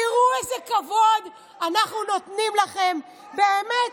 תראו איזה כבוד אנחנו נותנים לכם, באמת,